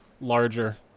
larger